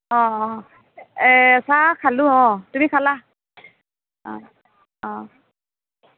অঁ অঁ এ চাহ খালোঁ অঁ তুমি খালা অঁ অঁ